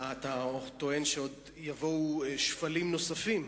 אתה טוען שעוד יבואו שפלים נוספים.